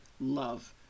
love